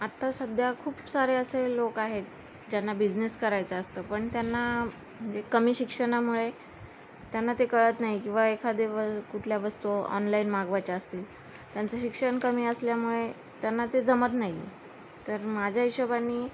आत्ता सध्या खूप सारे असे लोक आहेत ज्यांना बिझनेस करायचं असतं पण त्यांना कमी शिक्षणामुळे त्यांना ते कळत नाही किंवा एखादे वल कुठल्या वस्तू ऑनलाईन मागवायच्या असतील त्यांचं शिक्षण कमी असल्यामुळे त्यांना ते जमत नाही तर माझ्या हिशोबाने